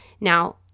Now